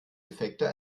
defekter